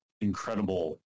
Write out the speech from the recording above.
incredible